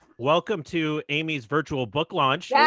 welcome to amy's virtual book launch, yeah